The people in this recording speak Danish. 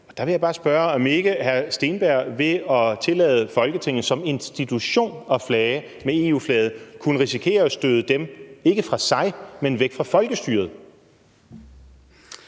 Og der vil jeg bare spørge, om ikke hr. Steenberg ved at tillade Folketinget som institution at flage med EU-flaget kunne risikere at støde dem ikke fra sig, men væk fra folkestyret.